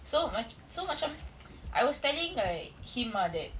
so maca~ so macam I was telling like him ah that